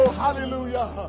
hallelujah